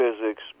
physics